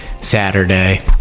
saturday